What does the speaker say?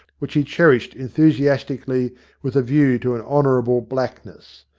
which he cherished enthusiasti cally with a view to an honourable blackness.